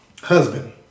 husband